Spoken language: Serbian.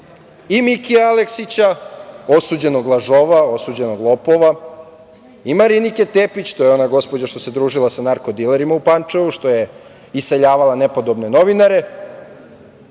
i Mikija Aleksića, osuđenog lažova, osuđenog lopova, i Marinike Tepić, to je ona gospođa što se družila sa narko dilerima u Pančevu, što je iseljavala nepodobne novinare,